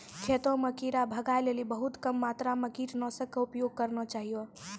खेतों म कीड़ा भगाय लेली बहुत कम मात्रा मॅ कीटनाशक के उपयोग करना चाहियो